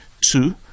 Two